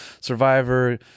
Survivor